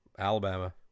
Alabama